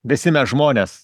visi mes žmonės